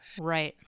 Right